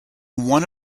one